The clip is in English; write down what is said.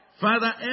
Father